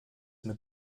mit